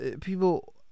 people